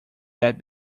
that